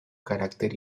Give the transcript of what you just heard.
carácter